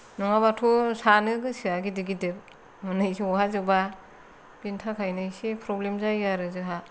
नङाबाथ' सानो गोसोआ गिदिर गिदिर माने सहाजोबा बेनि थाखायनो इसे प्रब्लेम जायो आरो जोंहा